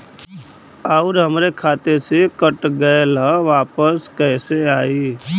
आऊर हमरे खाते से कट गैल ह वापस कैसे आई?